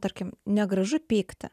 tarkim negražu pykti